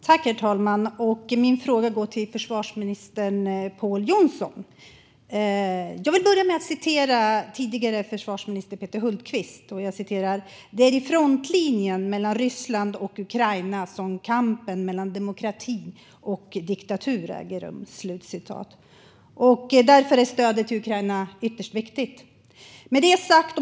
Herr talman! Min fråga går till försvarsminister Pål Jonson. Jag vill börja med att citera den tidigare försvarsministern Peter Hultqvist: Det är i frontlinjen mellan Ryssland och Ukraina som kampen mellan demokrati och diktatur äger rum. Därför är stödet till Ukraina ytterst viktigt.